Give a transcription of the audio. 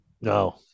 No